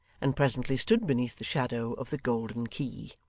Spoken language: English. and presently stood beneath the shadow of the golden key.